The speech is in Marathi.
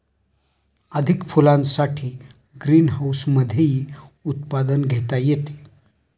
अधिक फुलांसाठी ग्रीनहाऊसमधेही उत्पादन घेता येते